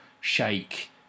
shake